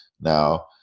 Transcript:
now